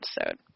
episode